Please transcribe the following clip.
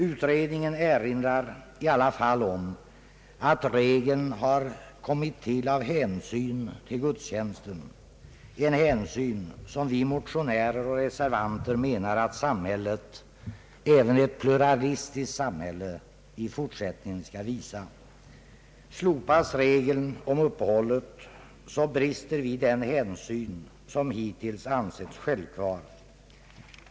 Utredningen erinrar i alla fall om att regeln har kommit till av hänsyn till gudstjänsten, en hänsyn som vi motionärer och reservanter anser att samhället — även ett pluralistiskt samhälle — i fortsättningen skall visa. Slopas regeln om uppehållet brister det i den hänsyn som hittills ansetts självklar.